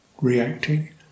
reacting